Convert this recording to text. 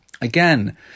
Again